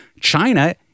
China